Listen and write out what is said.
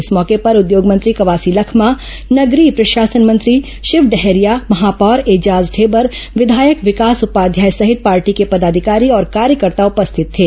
इस मौके पर उद्योग मंत्री कवासी लखमा नगरीय प्रशासन मंत्री शिव डहरिया महापौर एजाज ढेबर विधायक विकास उपाध्याय सहित पार्टी के पदाधिकारी और कार्यकर्ता उपस्थित थे